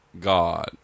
God